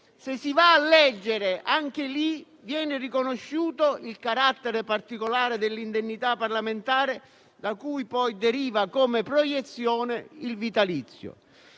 Se si va a leggere, anche lì viene riconosciuto il carattere particolare dell'indennità parlamentare, da cui poi deriva, come proiezione, il vitalizio.